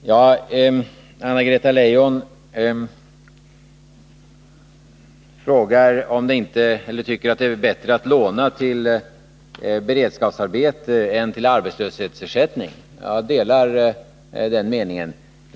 Anna-Greta Leijon tycker att det är bättre att låna till beredskapsarbete än till arbetslöshetsersättningar. Jag delar den meningen.